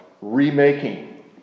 remaking